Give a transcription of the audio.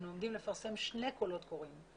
אנו עומדים לפרסם שני קולות קוראים.